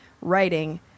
writing